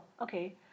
okay